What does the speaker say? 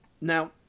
Now